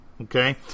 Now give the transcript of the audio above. okay